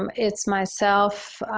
um it's myself,